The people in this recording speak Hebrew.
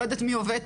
הם לא יודעים מה זה,